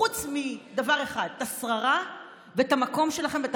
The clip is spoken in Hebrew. חוץ מדבר אחד: את השררה ואת המקום שלכם ואת